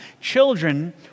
children